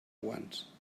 guants